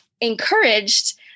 encouraged